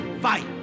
fight